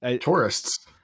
tourists